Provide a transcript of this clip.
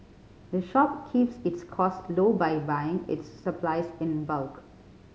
the shop keeps its cost low by buying its supplies in bulk